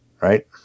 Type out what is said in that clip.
Right